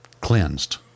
cleansed